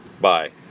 Bye